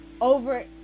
over